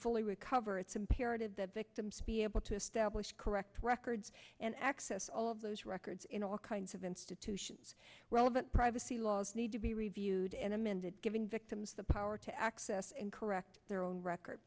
fully recover it's imperative that victims be able to establish correct records and access all of those records in all kinds of institutions relevant privacy laws need to be reviewed and amended giving victims the power to access and correct their own record